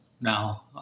now